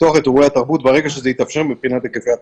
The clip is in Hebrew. לפתוח את אירועי התרבות ברגע שזה יתאפשר מבחינת היקפי התחלואה.